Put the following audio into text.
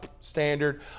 standard